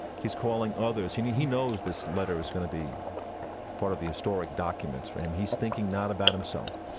he's calling others. i mean, he knows this letter is going to be part of the historic documents for him. he's thinking not about himself.